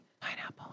Pineapple